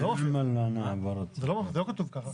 זה לא כתוב כאן.